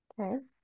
Okay